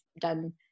done